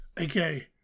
Okay